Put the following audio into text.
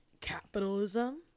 capitalism